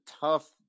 tough